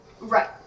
Right